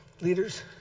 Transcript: Leaders